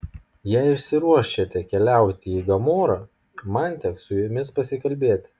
jei išsiruošėte keliauti į gomorą man teks su jumis pasikalbėti